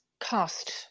cost